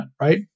right